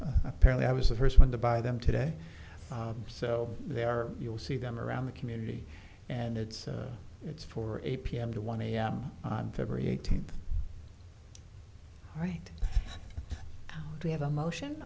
have apparently i was the first one to buy them today so they are you'll see them around the community and it's it's for eight p m to one a m on february eighteenth right we have a motion